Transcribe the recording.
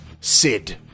Sid